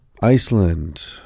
Iceland